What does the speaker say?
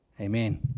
Amen